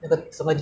然后再